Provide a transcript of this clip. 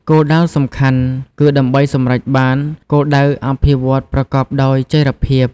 គោលដៅសំខាន់គឺដើម្បីសម្រេចបាន គោលដៅអភិវឌ្ឍន៍ប្រកបដោយចីរភាព។